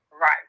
right